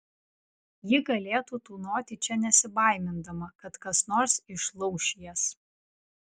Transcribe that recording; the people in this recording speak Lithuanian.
ji galėtų tūnoti čia nesibaimindama kad kas nors išlauš jas